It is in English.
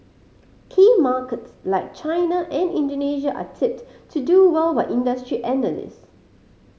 key markets like China and Indonesia are tipped to do well by industry analyst